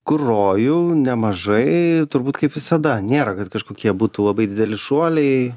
groju nemažai turbūt kaip visada nėra kad kažkokie būtų labai dideli šuoliai